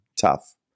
Tough